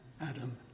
Adam